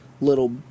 little